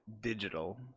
digital